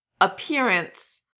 appearance